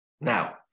now